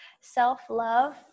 self-love